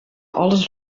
alles